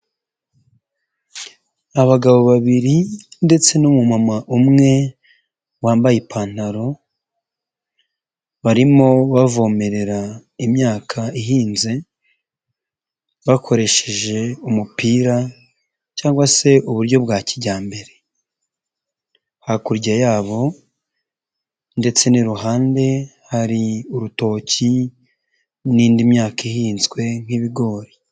Abagabo babiri ndetse n'umumama umwe wambaye ipantaro, barimo bavomerera imyaka ihinze bakoresheje umupira cyangwa se uburyo bwa kijyambere. Hakurya yabo ndetse n'iruhande hari urutoki n'indi myaka ihinzwe nk'ibigori.